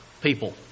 people